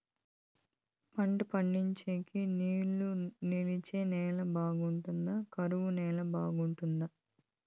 పంట పండించేకి నీళ్లు నిలిచే నేల బాగుంటుందా? కరువు నేల బాగుంటుందా?